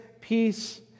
peace